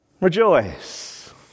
Rejoice